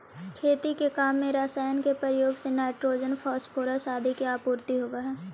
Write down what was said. खेती के काम में रसायन के प्रयोग से नाइट्रोजन, फॉस्फोरस आदि के आपूर्ति होवऽ हई